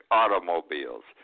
automobiles